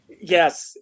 Yes